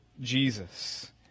Jesus